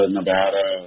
Nevada